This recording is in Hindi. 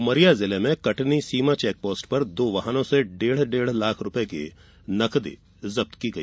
उमरिया जिले में कटनी सीमा चेक पोस्ट पर दो वाहनों से डेढ़ डेढ़ लाख रूपये की नकदी जब्त की गई